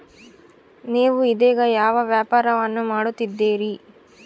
ನೇವು ಇದೇಗ ಯಾವ ವ್ಯಾಪಾರವನ್ನು ಮಾಡುತ್ತಿದ್ದೇರಿ?